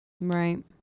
Right